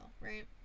right